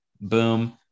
Boom